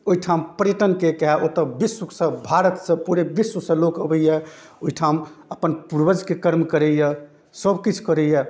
ओहिठाम पर्यटनके कहै ओतऽ विश्वसँ भारतसँ पूरे विश्वसँ लोक अबैए ओहिठाम अपन पूर्वजके कर्म करैए सबकिछु करैए